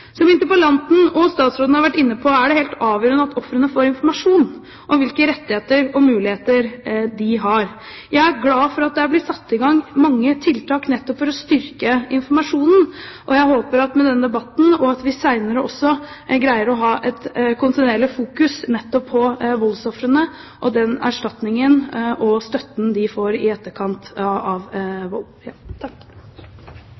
Som interpellanten og statsråden har vært inne på, er det helt avgjørende at ofrene får informasjon om hvilke rettigheter og muligheter de har. Jeg er glad for at det har blitt satt i gang mange tiltak nettopp for å styrke informasjonen, og jeg håper at vi med denne debatten – og også senere – greier å ha et kontinuerlig fokus på voldsofrene og den erstatningen og støtten de får i etterkant av